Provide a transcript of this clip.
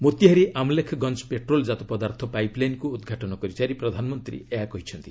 ମୋତୀହାରି ଆମ୍ଲେଖ୍ଗଞ୍ଜ ପେଟ୍ରୋଲ୍ଜାତ ପଦାର୍ଥ ପାଇପ୍ଲାଇନ୍କୁ ଉଦ୍ଘାଟନ କରିସାରି ପ୍ରଧାନମନ୍ତ୍ରୀ ଏହା କହିଛନ୍ତି